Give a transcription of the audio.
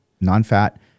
non-fat